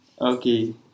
Okay